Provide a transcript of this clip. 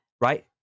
right